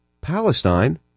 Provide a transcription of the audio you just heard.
Palestine